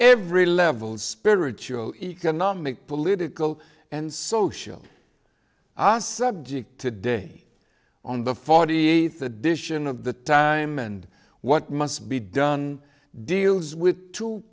every level spiritual economic political and social today on the forty eighth edition of the time and what must be done deals with t